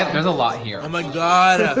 there's a lot here oh, my god